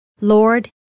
Lord